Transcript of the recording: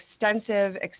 extensive